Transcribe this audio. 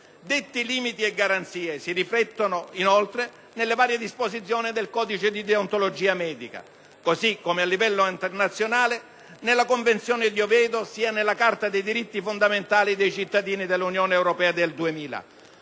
Detti limiti e garanzie si riflettono inoltre nelle varie disposizioni del codice di deontologia medica, così come, a livello internazionale, nella convenzione di Oviedo e nella Carta dei diritti fondamentali dei cittadini dell'Unione europea del 2000.